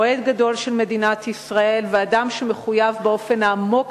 אוהד גדול של מדינת ישראל ואדם שמחויב באופן העמוק